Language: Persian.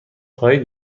خواهید